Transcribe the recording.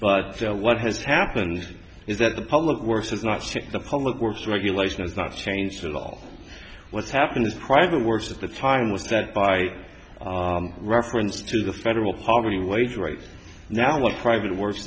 but what has happened is that the public works has not checked the public works regulation has not changed at all what's happened is private works at the time was that by reference to the federal poverty wage right now what private wor